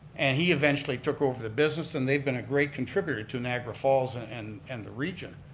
and he eventually took over the business and they've been a great contributor to niagara falls and and and the region.